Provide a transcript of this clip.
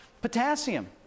potassium